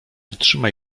wytrzyma